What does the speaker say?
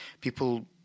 people